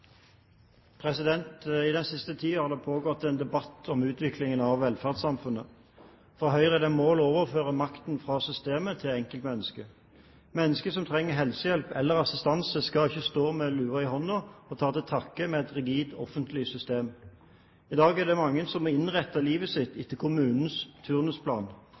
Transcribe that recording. I den siste tiden har det pågått en debatt om utviklingen av velferdssamfunnet. For Høyre er det et mål å overføre makten fra systemet til enkeltmennesket. Mennesker som trenger helsehjelp eller assistanse, skal ikke stå med lua i handa og ta til takke med et rigid offentlig system. I dag er det mange som må innrette livet sitt etter kommunens turnusplan.